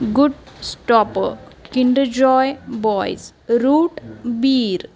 गुडस्टॉपर Kinder Joy boys root Bir